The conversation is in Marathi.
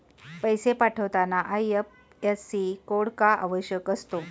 पैसे पाठवताना आय.एफ.एस.सी कोड का आवश्यक असतो?